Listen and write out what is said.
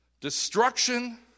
destruction